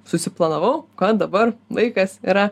susiplanavau kad dabar laikas yra